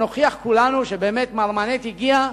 ונוכיח כולנו שבאמת "מרמנת" הגיעה,